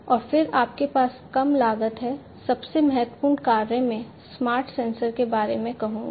और फिर आपके पास कम लागत है सबसे महत्वपूर्ण कार्य मैं स्मार्ट सेंसर के बारे में कहूंगा